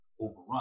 overrun